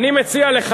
על מה